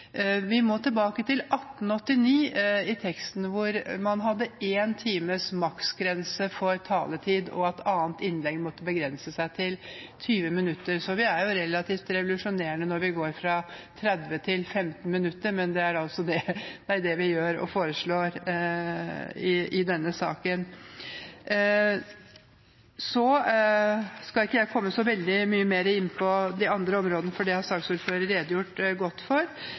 Vi må tilbake til 1889 i teksten hvor man hadde én times maksgrense for taletid, og at andre innlegg måtte begrenses til 20 minutter. Det er relativt revolusjonerende når vi går fra 30 minutter til 15 minutter, men det er det vi foreslår i denne saken. Jeg skal ikke komme så veldig mye mer inn på de andre områdene, for det har saksordføreren redegjort godt for.